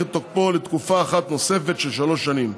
את תוקפו לתקופה אחת נוספת של שלוש שנים.